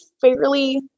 fairly